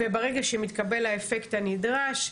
וברגע שמתקבל האפקט הנדרש,